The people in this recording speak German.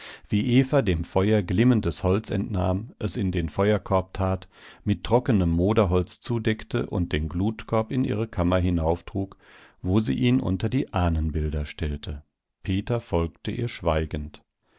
wie eva dem feuer glimmendes holz entnahm es in den feuerkorb tat mit trockenem moderholz zudeckte und den glutkorb in ihre kammer hinauftrug wo sie ihn unter die ahnenbilder stellte peter folgte ihr schweigend